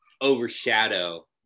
overshadow